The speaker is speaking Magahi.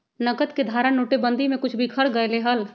नकद के धारा नोटेबंदी में कुछ बिखर गयले हल